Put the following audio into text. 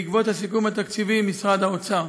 בעקבות הסיכום התקציבי עם משרד האוצר.